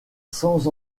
sans